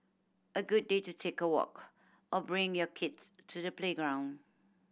a good day to take a walk or bring your kids to the playground